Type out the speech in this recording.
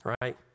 right